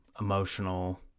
emotional